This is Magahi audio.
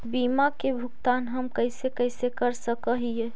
बीमा के भुगतान हम कैसे कैसे कर सक हिय?